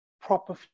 proper